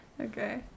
Okay